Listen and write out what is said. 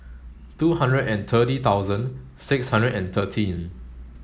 two hundred and thirty thousand six hundred and thirteen